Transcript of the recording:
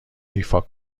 ایفا